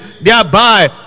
thereby